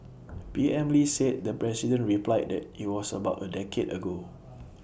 P M lee said the president replied that IT was about A decade ago